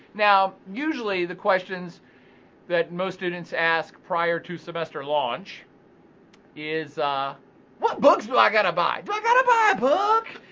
now usually the questions that most students ask prior to semester launch is what books do i gotta buy? do i gotta buy a book?